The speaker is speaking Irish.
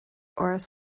áras